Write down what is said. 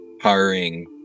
hiring